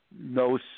no